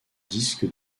disque